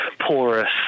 porous